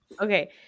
okay